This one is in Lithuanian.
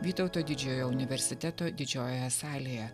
vytauto didžiojo universiteto didžiojoje salėje